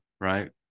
Right